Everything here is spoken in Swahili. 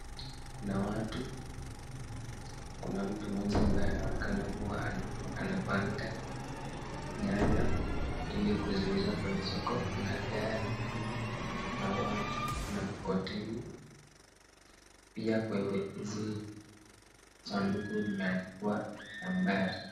Kuna watu, kuna mtu mmoja ambaye anaonekana kuwa anapanga nyanya ili kuziuza kwenye soko, kuna gari na kuna watu, kuna mkokoteni pia kwenye hizi sanduku imeandikwa nambari.